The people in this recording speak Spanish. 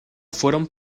fueron